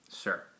Sir